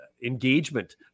engagement